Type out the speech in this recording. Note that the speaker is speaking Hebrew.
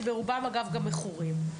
שרובם אגב גם מכורים.